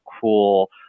cool